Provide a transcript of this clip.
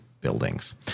buildings